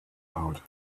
out